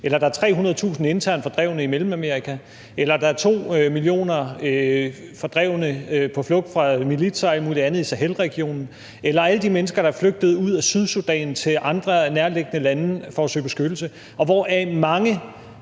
eller at der 300.000 internt fordrevne i Mellemamerika, eller at der er 2 millioner fordrevne på fulgt fra militser og alt muligt andet i Sahelregionen, eller alle de mennesker, der er flygtet ud af Sydsudan til andre nærliggende lande for at søge beskyttelse, hvoraf mange